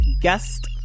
Guest